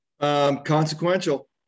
Consequential